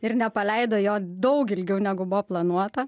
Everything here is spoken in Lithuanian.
ir nepaleido jo daug ilgiau negu buvo planuota